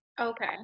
Okay